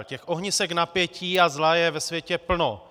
Těch ohnisek napětí a zla je ve světě plno.